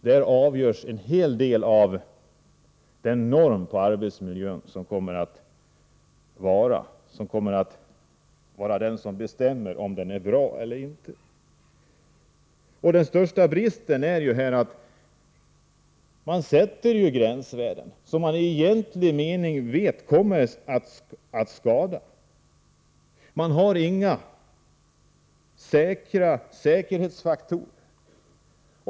Där bestäms till stor del de normer som avgör om arbetsmiljön kommer att vara bra eller inte. Den största bristen är här att man sätter gränsvärden som man egentligen vet kommer att medföra skador. Man har inga säkra säkerhetsmarginaler.